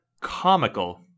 comical